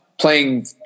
playing